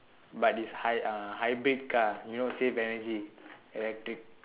but is hey hy~ hybrid car you know save energy electric